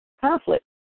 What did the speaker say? conflict